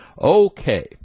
Okay